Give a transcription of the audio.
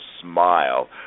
smile